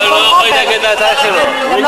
את יכולה לתת לו?